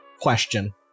question